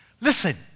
Listen